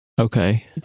okay